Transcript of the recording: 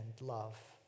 love